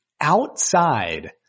outside